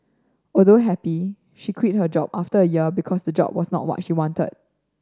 although happy she quit a job after a year because the job was not what she wanted